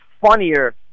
funnier